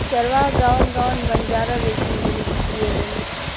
चरवाह गावं गावं बंजारा जइसन जिनगी जिऐलेन